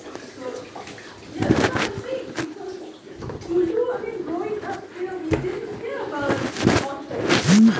so ya that's what I'm saying because dulu I mean growing up here we did not hear about otters